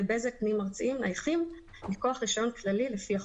בזק פנים-ארציים נייחים מכוח רישיון כללי לפי החוק,